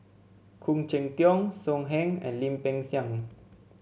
Khoo Cheng Tiong So Heng and Lim Peng Siang